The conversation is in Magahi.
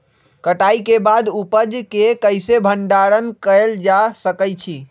कटाई के बाद उपज के कईसे भंडारण कएल जा सकई छी?